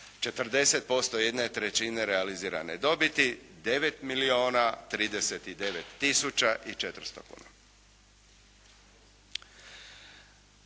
40% jedne trećine realizirane dobiti 9 milijuna 39 tisuća i 400 kuna.